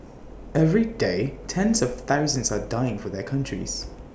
every day tens of thousands are dying for their countries